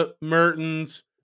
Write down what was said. Mertens